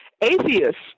Atheists